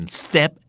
step